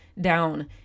down